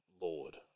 lord